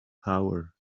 power